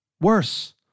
Worse